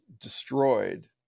destroyed